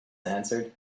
answered